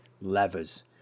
levers